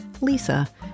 Lisa